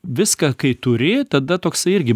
viską kai turi tada toksai irgi